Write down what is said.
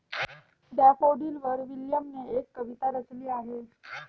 डॅफोडिलवर विल्यमने एक कविता रचली आहे